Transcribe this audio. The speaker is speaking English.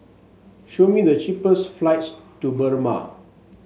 show me the cheapest flights to Burma